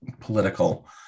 political